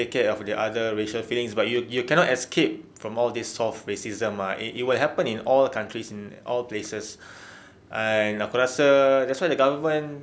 take care of the other racial feelings but you you cannot escape from all these soft racism ah it it will happen in all countries in all places and aku rasa that's why the government